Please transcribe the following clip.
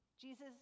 Jesus